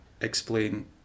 explain